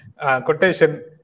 Quotation